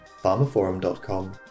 pharmaforum.com